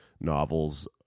novels